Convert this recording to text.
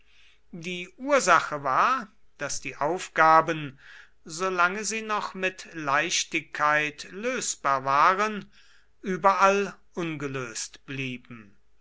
die ursache war daß die aufgaben solange sie noch mit leichtigkeit lösbar waren überall ungelöst blieben